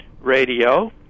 radio